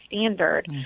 standard